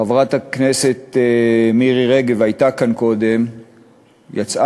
חברת הכנסת מירי רגב הייתה כאן קודם ויצאה,